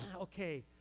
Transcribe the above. okay